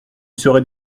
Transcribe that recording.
serais